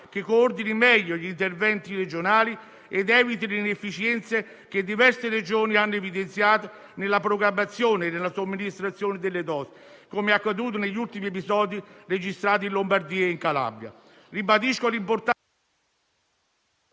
che coordini meglio gli interventi regionali ed eviti le inefficienze che diverse Regioni hanno evidenziato nella programmazione della somministrazione delle dosi, come accaduto negli ultimi episodi registrati in Lombardia e in Calabria.